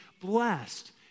blessed